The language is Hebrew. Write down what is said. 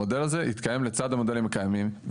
המודל הזה יתקיים לצד המודלים הקיימים,